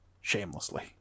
shamelessly